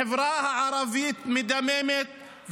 החברה הערבית מדממת,